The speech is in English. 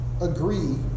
agree